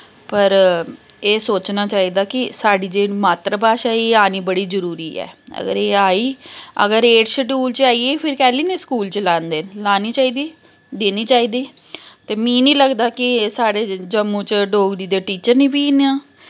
पर एह् सोचना चाहिदा कि साढ़ी जेह्ड़ी मात्तर भाशा एह् आनी बड़ी जरूरी ऐ अगर एह् आई अगर एड़थ श्डयूल च आई गेई फिर कैल्ली निं स्कूल च लांदे न लानी चाहिदी देनी चाहिदी ते मीं निं लगदा कि साढ़े जम्मू च डोगरी दे टीचर निं फ्ही इ'यां